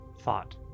thought